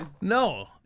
No